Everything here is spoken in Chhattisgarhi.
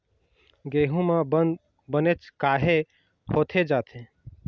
गेहूं म बंद बनेच काहे होथे जाथे?